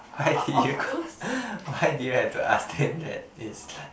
why did you why did you have to ask them that is the